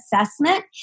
assessment